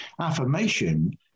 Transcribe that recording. Affirmation